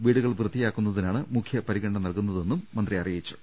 വീടുകൾ വൃത്തിയാക്കുന്ന തിനാണ് മുഖ്യ പരിഗണന നൽകുന്നതെന്നും മന്ത്രി അറിയി ച്ചു